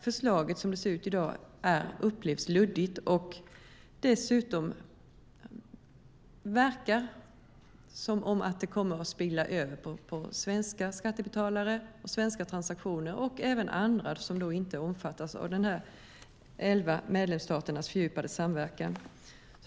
Förslaget som det ser ut i dag upplevs nämligen luddigt, och dessutom verkar det som om det kommer att spilla över på svenska skattebetalare och svenska transaktioner och även på andra som inte omfattas av de elva medlemsstaternas fördjupade samverkan.